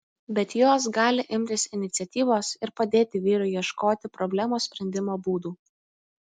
bet jos gali imtis iniciatyvos ir padėti vyrui ieškoti problemos sprendimo būdų